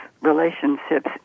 relationships